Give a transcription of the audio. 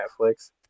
Netflix